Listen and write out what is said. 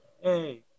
Hey